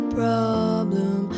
problem